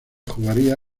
jugaría